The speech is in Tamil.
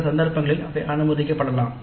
சில சந்தர்ப்பங்களில் அவை அனுமதிக்கப்படலாம்